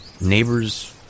neighbors